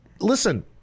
listen